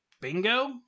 bingo